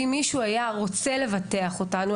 אם מישהו היה רוצה לבטח אותנו,